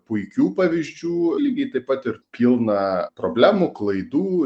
puikių pavyzdžių lygiai taip pat ir pilna problemų klaidų